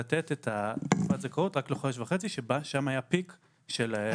לתת את הזכאות רק לחודש וחצי ששם היה פיק של האומיקרון.